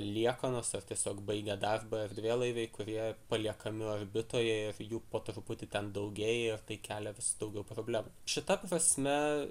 liekanos ar tiesiog baigę darbą erdvėlaiviai kurie paliekami orbitoje ir jų po truputį ten daugėja ir tai kelia vis daugiau problemų šita prasme